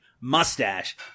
mustache